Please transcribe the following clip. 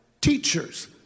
Teachers